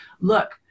look